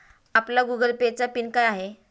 आपला Google Pay चा pin काय आहे?